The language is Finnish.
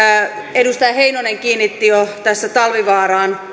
edustaja heinonen kiinnitti jo tässä talvivaaraan